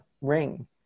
ring